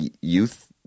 youth